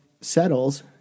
settles